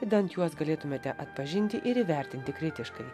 idant juos galėtumėte atpažinti ir įvertinti kritiškai